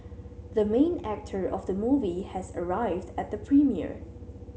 the main actor of the movie has arrived at the premiere